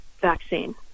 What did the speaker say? vaccine